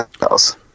house